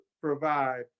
provide